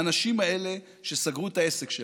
האנשים האלו שסגרו את העסק שלהם,